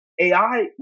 AI